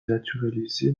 naturalisée